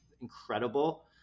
incredible